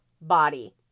body